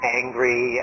angry